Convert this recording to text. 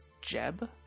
Jeb